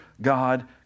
God